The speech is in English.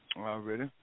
Already